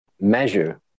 measure